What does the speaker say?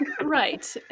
right